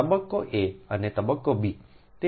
તબક્કો એ અને તબક્કો બી